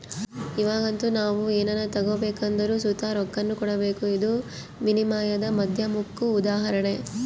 ಇವಾಗಂತೂ ನಾವು ಏನನ ತಗಬೇಕೆಂದರು ಸುತ ರೊಕ್ಕಾನ ಕೊಡಬಕು, ಇದು ವಿನಿಮಯದ ಮಾಧ್ಯಮುಕ್ಕ ಉದಾಹರಣೆ